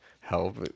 help